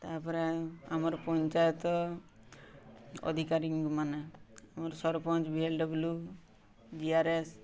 ତା'ପରେ ଆମର ପଞ୍ଚାୟତ ଅଧିକାରୀ ମାନେ ଆମର sarpanch V L W B R S